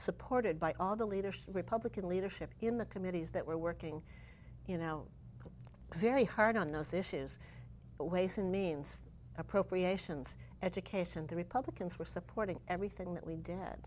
supported by all the leadership republican leadership in the committees that were working you know very hard on those issues but ways and means appropriations education the republicans were supporting everything that we